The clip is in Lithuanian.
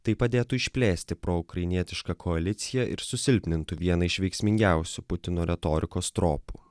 tai padėtų išplėsti proukrainietišką koaliciją ir susilpnintų vieną iš veiksmingiausių putino retorikos tropų